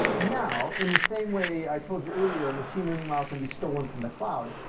now in the same way, i told you earlier a machine learning model can be stolen from the cloud,